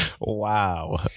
Wow